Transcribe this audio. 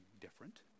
different